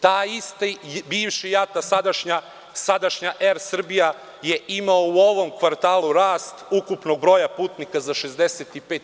Taj isti bivši JAT, a sadašnja „Er Srbija“ je imala u ovom kvartalu rast ukupnog broja putnika za 65%